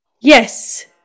Yes